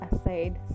aside